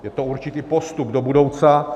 Je to určitý postup do budoucna.